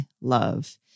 Love